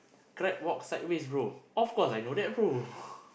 crab walk sideways bro of course I know that bro